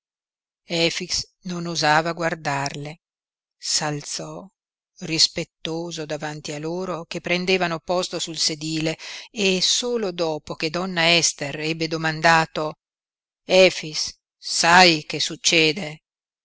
non osava guardarle s'alzò rispettoso davanti a loro che prendevano posto sul sedile e solo dopo che donna ester ebbe domandato efix sai che succede